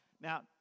now